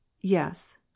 Yes